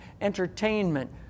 entertainment